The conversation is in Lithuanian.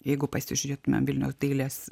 jeigu pasižiūrėtumėm vilniaus dailės